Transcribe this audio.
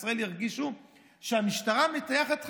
ישראל ירגישו שהמשטרה מטייחת חקירות,